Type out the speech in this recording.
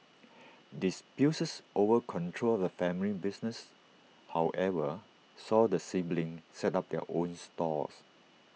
disputes over control of the family business however saw the siblings set up their own stalls